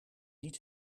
niet